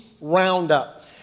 Roundup